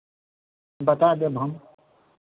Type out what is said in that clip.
बता देब हम